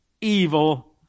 evil